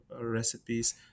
recipes